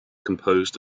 composed